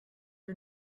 are